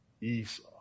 Esau